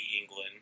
England